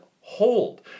hold